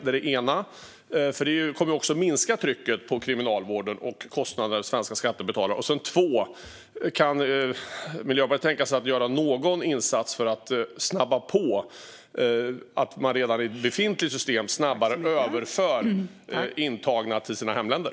Det kommer att minska trycket på kriminalvården och minska kostnaderna för svenska skattebetalare. Riksrevisionens rapport om effek-tiviteten vid Kriminal-vårdens anstalter Min andra fråga är: Kan Miljöpartiet tänka sig att göra någon insats för att snabba på detta så att man redan i befintligt system snabbare överför intagna till deras hemländer?